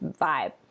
vibe